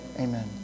Amen